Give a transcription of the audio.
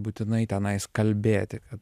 būtinai tenais kalbėti kad